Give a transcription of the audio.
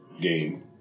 game